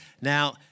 Now